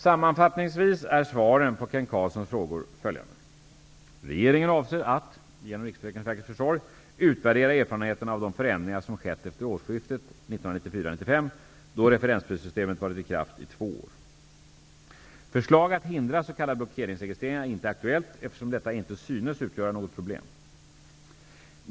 Sammanfattningsvis är svaren på Kent Carlssons frågor följande: Regeringen avser att -- genom RFV:s försorg -- utvärdera erfarenheterna av de förändringar som skett efter årsskiftet 1994/95, då referensprissystemet varit i kraft i två år. Förslag att hindra s.k. blockeringsregistrering är inte aktuellt, eftersom detta inte synes utgöra något problem.